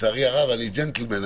לצערי הרב אני ג'נטלמן,